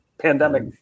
pandemic